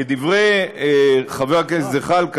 לדברי חבר הכנסת זחאלקה,